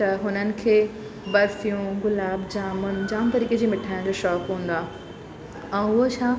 त हुननि खे बर्फ़ियूं गुलाब जामुन जाम तरीक़े जी मिठाइयुनि जा शौक़ु हूंदो आहे ऐं उहो छा